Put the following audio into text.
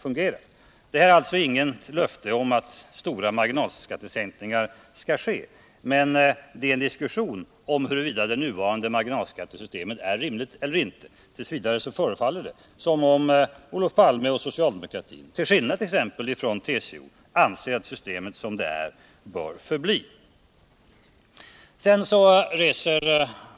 Jag har med detta inte givit några löften om att stora marginalskattesänkningar skall ske, utan jag har velat föra en diskussion om huruvida det nuvarande marginalskattesystemet är rimligt eller inte. Hittills förefaller det som om Olof Palme och socialdemokratin, till skillnad från exempelvis TCO, anser att systemet bör förbli som det är.